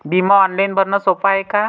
बिमा ऑनलाईन भरनं सोप हाय का?